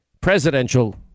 presidential